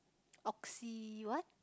oxy what